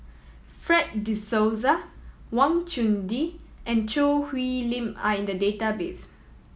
Fred De Souza Wang Chunde and Choo Hwee Lim are in the database